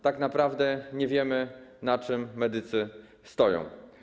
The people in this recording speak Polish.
Tak naprawdę nie wiemy, na czym medycy stoją.